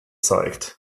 zeigt